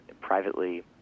privately